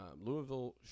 Louisville